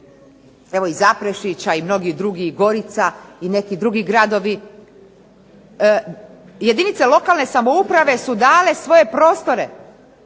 evo i Zaprešić, a i mnogi drugi i Gorica i neki drugi gradovi. Jedinice lokalne samouprave su dale svoje prostore